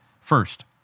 First